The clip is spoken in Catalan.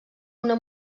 una